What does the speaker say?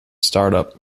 startup